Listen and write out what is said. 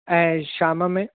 ऐं शाम में